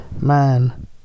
man